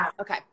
Okay